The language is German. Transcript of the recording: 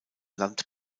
land